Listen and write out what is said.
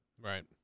right